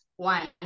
One